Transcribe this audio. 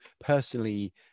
personally